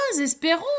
espérons